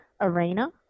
ARENA